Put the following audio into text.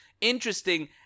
interesting